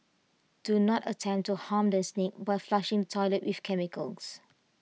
do not attempt to harm the snake by flushing toilet with chemicals